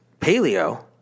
paleo